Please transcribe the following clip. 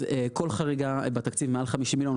כל חריגה בתקציב מעל 50 מיליון,